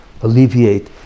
Alleviate